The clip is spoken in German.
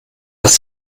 das